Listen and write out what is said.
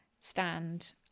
stand